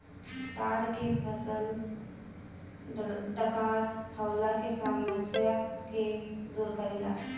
ताड़ के फल डकार अवला के समस्या के दूर करेला